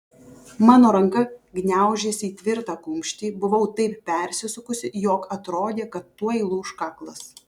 mano ranka gniaužėsi į tvirtą kumštį buvau taip persisukusi jog atrodė kad tuoj lūš kaklas